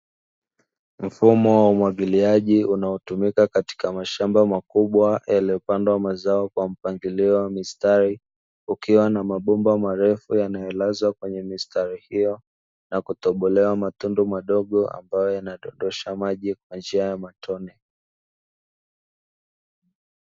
Mfumo wa umwagiliaji unaotumika katika mashamba makubwa yaliyopandwa mazao kwa mpangilio wa mistari, ukiwa na mabomba marefu yanayolazwa kwenye mistari hiyo, na kutobolewa matundu madogo ambayo yanadondosha maji kwa njia ya matone.